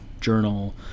journal